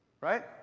right